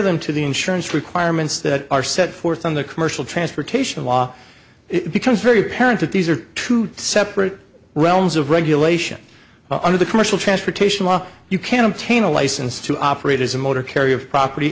them to the insurance requirements that are set forth in the commercial transportation law it becomes very apparent that these are two separate realms of regulation under the commercial transportation law you can obtain a license to operate as a motor carrier of property